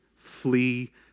Flee